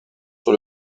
sur